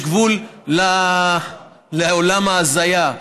יש גבול לעולם ההזיה.